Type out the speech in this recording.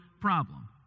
problem